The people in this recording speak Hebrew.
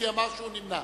כי אמר שהוא נמנע.